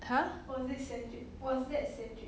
!huh!